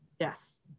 yes